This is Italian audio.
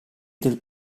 del